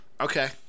Okay